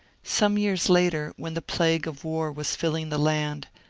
some years later when the plague of war was filling the land,